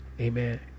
Amen